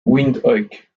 windhoek